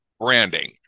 branding